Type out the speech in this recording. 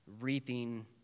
reaping